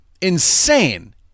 insane